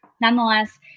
Nonetheless